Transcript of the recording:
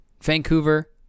Vancouver